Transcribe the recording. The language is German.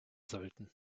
sollten